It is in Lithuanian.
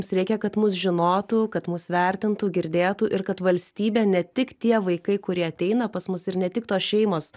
mums reikia kad mus žinotų kad mus vertintų girdėtų ir kad valstybė ne tik tie vaikai kurie ateina pas mus ir ne tik tos šeimos